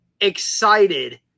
excited